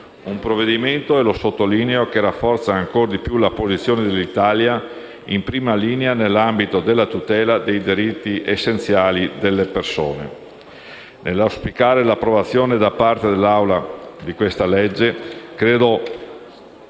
Un provvedimento, e lo sottolineo, che rafforza ancora di più la posizione dell'Italia in prima linea nell'ambito della tutela dei diritti essenziali delle persone. Nell'auspicare l'approvazione da parte dell'Assemblea del